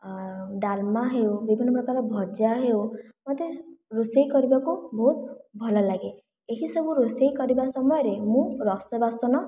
ଆଉ ଡାଲମା ହେଉ ବିଭିନ୍ନ ପ୍ରକାର ଭଜା ହେଉ ମୋତେ ରୋଷେଇ କରିବାକୁ ବହୁତ ଭଲ ଲାଗେ ଏହିସବୁ ରୋଷେଇ କରିବା ସମୟରେ ମୁଁ ରସ ବାସନ